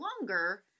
longer